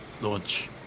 launch